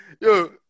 yo